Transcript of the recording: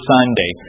Sunday